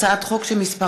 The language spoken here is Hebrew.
הצעת חוק השאלת